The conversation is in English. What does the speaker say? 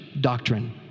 doctrine